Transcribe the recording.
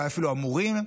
אולי אפילו אמורים,